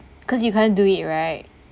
cause you can't do it right